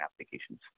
applications